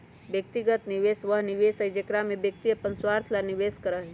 व्यक्तिगत निवेश वह निवेश हई जेकरा में व्यक्ति अपन स्वार्थ ला निवेश करा हई